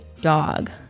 dog